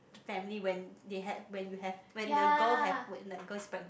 family when they had when you have when the girl have when the girl is pregnant